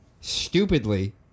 stupidly